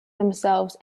themselves